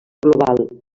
global